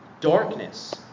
darkness